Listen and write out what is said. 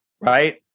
Right